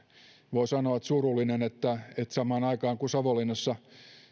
voi sanoa surullinen että että samaan aikaan kun savonlinnassa